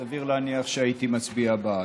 סביר להניח שהייתי מצביע בעד.